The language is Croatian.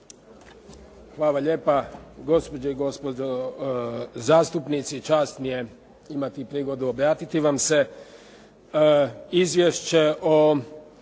Hvala lijepa, gospođe i gospođo zastupnici čast mi je imati prigodu obratiti vam se. Izvješće o